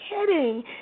kidding